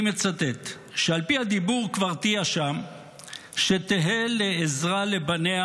אני מצטט: "שעל פי הדיבור קברתיה שם שתהא לעזרה לבניה.